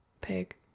Pig